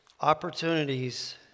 opportunities